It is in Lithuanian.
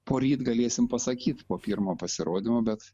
poryt galėsim pasakyt po pirmo pasirodymo bet